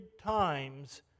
times